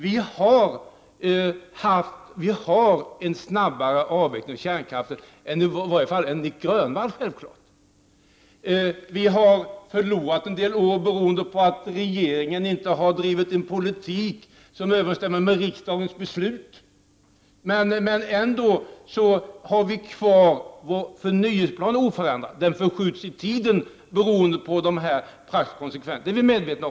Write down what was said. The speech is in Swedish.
Vi vill ha en snabbare avveckling av kärnkraften än vad i varje fall Nic Grönvall vill ha. En del år har gått förlorade beroende på att regeringen inte har fört den politik som överensstämmer med riksdagens beslut. Men ändå har vi kvar vår plan för förnyelse oförändrad. Det blir dock en förskjutning i tiden på grund av de nämnda faktorerna.